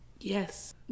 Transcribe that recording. Yes